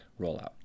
rollout